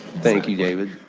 thank you david.